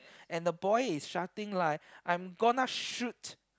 and the boy is shutting lie I'm gonna shoot